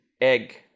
egg